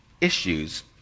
issues